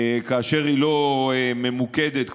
וכאשר היא לא ממוקדת,